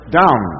down